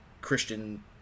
Christian